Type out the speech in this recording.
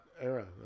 era